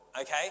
okay